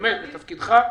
בתפקידך,